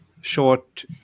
short